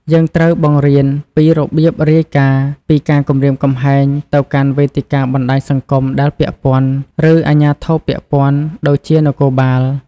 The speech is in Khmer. យើងត្រូវ បង្រៀនពីរបៀបរាយការណ៍ ពីការគំរាមកំហែងទៅកាន់វេទិកាបណ្ដាញសង្គមដែលពាក់ព័ន្ធ ឬអាជ្ញាធរពាក់ព័ន្ធ ដូចជានគរបាល។